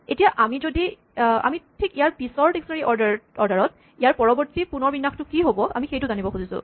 এতিয়া ইয়াৰ ঠিক পিচৰ ডিক্সনেৰীঅভিধানঅৰ্ডাৰত ইয়াৰ পৰবৰ্তী পুণৰ বিন্যাসটো কি হ'ব আমি সেইটো জানিব খুজিছো